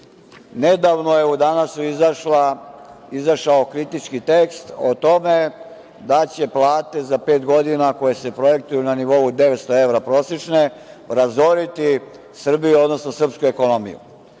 nedavno je u „Danasu“ izašao kritički tekst o tome da će plate za pet godina, koje se projektuju na nivou 900 evra prosečne, razoriti Srbiju, odnosno srpsku ekonomiju.